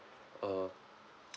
uh